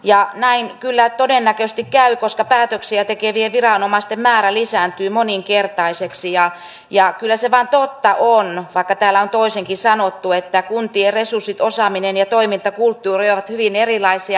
ja näin kyllä todennäköisesti käy koska päätöksiä tekevien viranomaisten määrä lisääntyy moninkertaiseksi ja kyllä se vain totta on vaikka täällä on toisinkin sanottu että kuntien resurssit osaaminen ja toimintakulttuuri ovat hyvin erilaisia